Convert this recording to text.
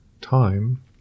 time